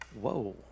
Whoa